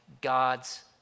God's